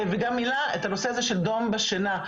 וגם מילה על הנושא הזה של דום בשינה,